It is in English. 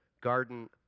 Garden